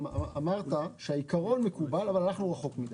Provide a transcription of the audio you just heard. אמרת שהעיקרון מקובל אבל הלכנו רחוק מדיי.